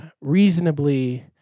reasonably